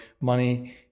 money